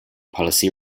policy